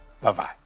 Bye-bye